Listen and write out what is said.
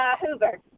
Hoover